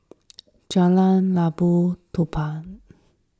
Jalan Labu Puteh